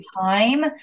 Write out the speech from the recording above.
time